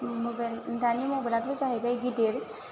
mobile दानि मबाइलाथ' जाहैबाय गिदिर